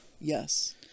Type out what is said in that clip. Yes